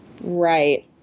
Right